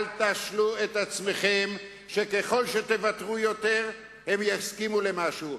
אל תשלו את עצמכם שככל שתוותרו יותר הם יסכימו למשהו.